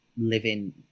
living